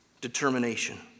Determination